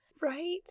Right